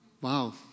Wow